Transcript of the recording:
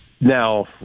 Now